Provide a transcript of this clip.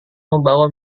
membawa